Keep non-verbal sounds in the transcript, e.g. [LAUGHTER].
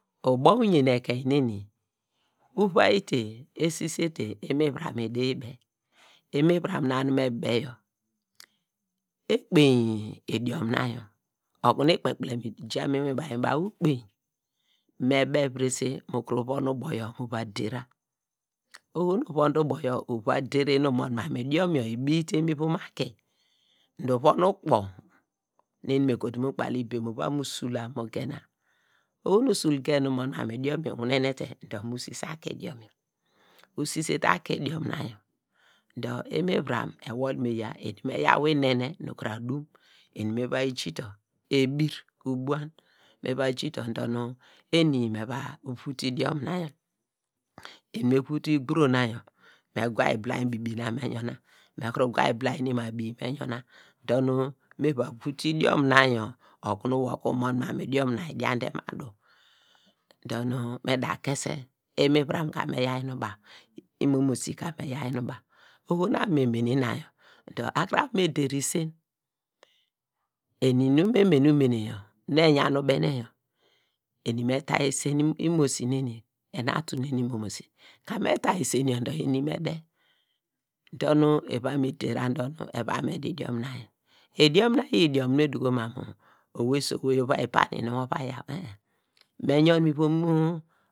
Ubo uyen ekein neni, uvagite, esisete inuvuram edayi be, imivuram na nu me be yor, ekpainy idiom na yor okunu ikpe kpilem ijamu inwin baw inwin baw, ukpainy, me be virese mu kuru von ubo yor mu va der ra, oho nu uvoh de ubo yor uva der te nu umon mamu idiom yor ibiyite mu ivom aki dor uvon ukpor, nu eni me kotu mu ukpalibem uva mu sula mugena, ohonu usul gen nu umon ma mu idiom yor iwinenete dor mu sise aki idiom yor, usisete aki idum na yaw dor imivuram ewol miya ede me yaw inene nu kuru adum eni me va yi ja utor, ebir, ubuany me ja utor dor nu eni me va vutu i dioki na yor, eni me vutu igburo na yor, me gwa ibilainy bibi me yun na me kuru gwa ibilainy ini ma biy me yun na dor me va vutu idiom na yor okunu wor ka mu mon mami diom na idian te mu adu dor nu me da kese, inuvuram ka me yaw inu baw, imomosi ka me jaw inu- baw, oho nu abo okunu me mene ina yor do akuro abo okunu me der isen [HESITATION] eni nu me many umene yor nu eyan ubene eni me ta esi imosi neni yor, enatu neni imomosi kam eta isen yor dor eni me de dor nu baw eva me di idiom na yaw, idiom na iyi idiom nu me duko ma mu owei su owei ovayi pani nonw ova yaw ehn ehn me yun mu ivom mu.